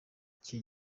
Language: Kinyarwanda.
icyo